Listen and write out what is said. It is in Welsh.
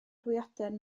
hwyaden